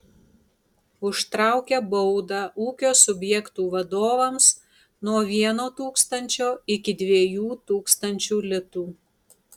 užtraukia baudą ūkio subjektų vadovams nuo vieno tūkstančio iki dviejų tūkstančių litų